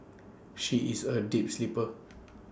she is A deep sleeper